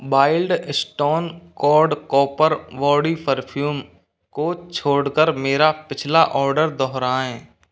billed stone code copper body perfume को छोड़कर मेरा पिछला आर्डर दोहराएँ